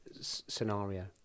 scenario